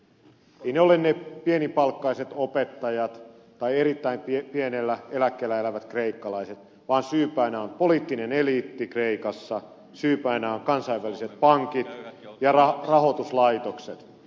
eivät näitä ole ne pienipalkkaiset opettajat tai erittäin pienellä eläkkeellä elävät kreikkalaiset vaan syypäänä on poliittinen eliitti kreikassa syypäinä ovat kansainväliset pankit ja muut rahoituslaitokset